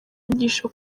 inyigisho